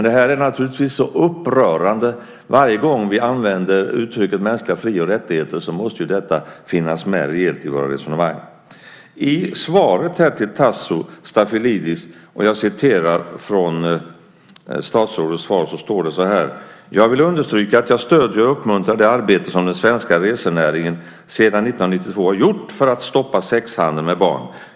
Det här är naturligtvis upprörande. Varje gång vi använder uttrycket mänskliga fri och rättigheter måste detta finnas med i våra resonemang. I svaret till Tasso Stafilidis sade statsrådet: "Jag vill understryka att jag stöder och uppmuntrar det arbete som den svenska resenäringen sedan 1992 har gjort för att stoppa sexhandeln med barn.